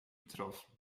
betroffen